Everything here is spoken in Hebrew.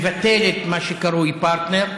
ומבטלת את מה שקרוי פרטנר.